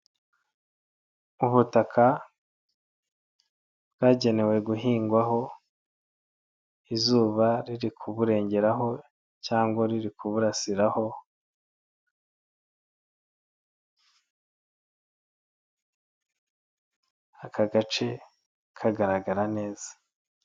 Ubutaka bwagenewe guhingwaho izuba riri kuburengeraho cyangwa riri kuburasiraho aka gace kagaragara neza.